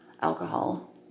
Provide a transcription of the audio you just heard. alcohol